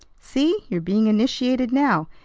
see! you're being initiated now,